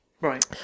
Right